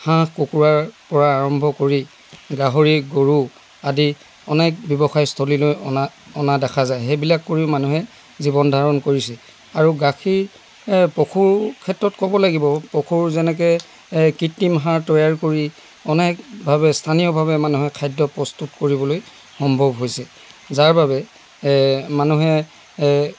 হাঁহ কুকুৰাৰ পৰা আৰম্ভ কৰি গাহৰি গৰু আদি অনেক ব্যৱসায়স্থলীলৈ অনা অনা দেখা যায় সেইবিলাক কৰিও মানুহে জীৱন ধাৰণ কৰিছে আৰু গাখীৰ পশুৰ ক্ষেত্ৰত ক'ব লাগিব পহুৰ যেনেকৈ কৃত্তিম সাৰ তৈয়াৰ কৰি অনেকভাৱে স্থানীয়ভাৱে মানুহে খাদ্য প্ৰস্তুত কৰিবলৈ সম্ভৱ হৈছে যাৰবাবে মানুহে